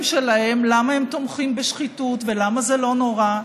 שלהם למה הם תומכים בשחיתות ולמה זה לא נורא,